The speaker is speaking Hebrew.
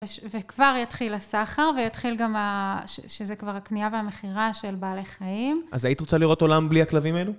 וכבר יתחיל הסחר, ויתחיל גם שזה כבר הקנייה והמכירה של בעלי חיים. אז היית רוצה לראות עולם בלי הכלבים האלו?